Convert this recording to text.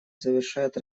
завершает